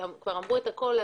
מאחר וכבר אמרו הכול,